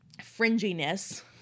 fringiness